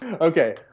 Okay